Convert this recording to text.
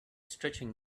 stretching